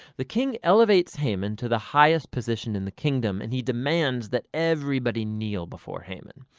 the king elevates haman to the highest position in the kingdom and he demands that everybody kneel before haman.